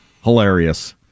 hilarious